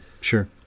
sure